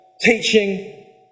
teaching